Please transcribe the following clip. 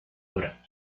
obra